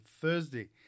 Thursday